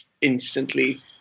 instantly